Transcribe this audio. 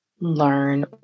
learn